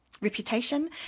reputation